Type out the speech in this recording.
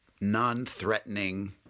non-threatening